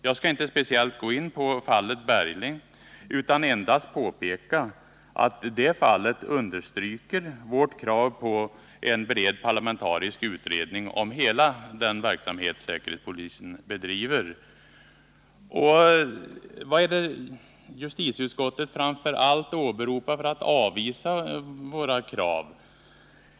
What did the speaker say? Jag skall inte speciellt gå in på fallet Bergling utan endast påpeka att det fallet understryker det berättigade i våra krav på en bred parlamentarisk utredning om hela den verksamhet som säkerhetspolisen bedriver. Vad är det justitieutskottet framför allt åberopar för att avvisa våra krav?